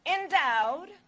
endowed